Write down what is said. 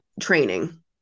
training